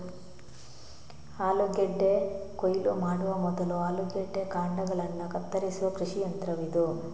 ಆಲೂಗೆಡ್ಡೆ ಕೊಯ್ಲು ಮಾಡುವ ಮೊದಲು ಆಲೂಗೆಡ್ಡೆ ಕಾಂಡಗಳನ್ನ ಕತ್ತರಿಸುವ ಕೃಷಿ ಯಂತ್ರವಿದು